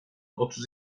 otuz